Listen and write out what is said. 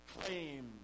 claim